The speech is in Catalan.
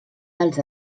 dels